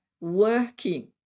working